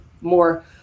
more